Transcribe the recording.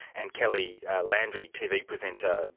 and kelly landry, tv presenter,